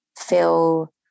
feel